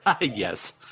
Yes